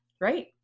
right